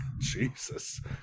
Jesus